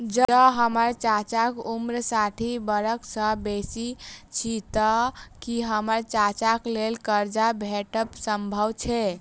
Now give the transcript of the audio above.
जँ हम्मर चाचाक उम्र साठि बरख सँ बेसी अछि तऽ की हम्मर चाचाक लेल करजा भेटब संभव छै?